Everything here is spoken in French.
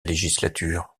législature